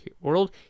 World